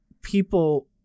people